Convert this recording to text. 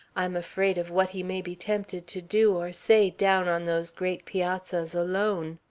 i'm afraid of what he may be tempted to do or say down on those great piazzas alone.